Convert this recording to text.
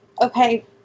okay